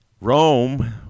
Rome